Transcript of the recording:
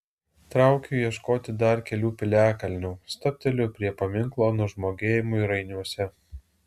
traukiu ieškoti dar kelių piliakalnių stabteliu prie paminklo nužmogėjimui rainiuose